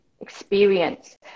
experience